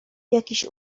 jakiś